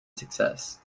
success